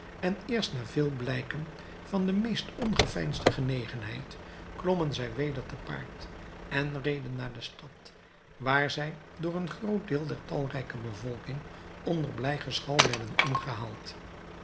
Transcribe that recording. en eerst na vele blijken van de meest ongeveinsde genegenheid klommen zij weder te paard en reden naar de stad waar zij door een groot deel der talrijke bevolking onder blij geschal werden ingehaald